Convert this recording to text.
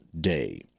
Day